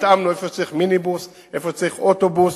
התאמנו איפה שצריך מיניבוס, איפה שצריך אוטובוס,